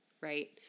right